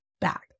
back